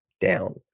down